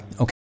Okay